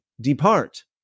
depart